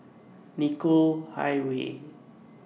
Nicoll Highway